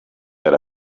era